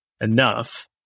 enough